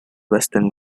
western